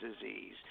disease